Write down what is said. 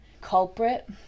culprit